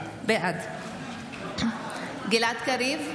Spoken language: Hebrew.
בעד גלעד קריב,